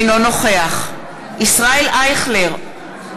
אינו נוכח ישראל אייכלר,